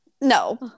No